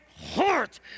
heart